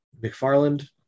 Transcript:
McFarland